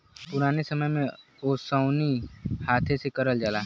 पुराने समय में ओसैनी हाथे से करल जाला